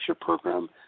program